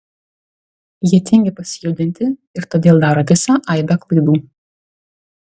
jie tingi pasijudinti ir todėl daro visą aibę klaidų